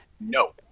No